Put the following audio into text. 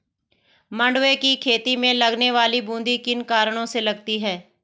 मंडुवे की खेती में लगने वाली बूंदी किन कारणों से लगती है?